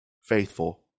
faithful